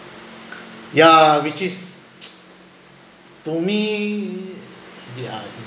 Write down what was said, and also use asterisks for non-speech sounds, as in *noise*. yeah which is *noise* to me yeah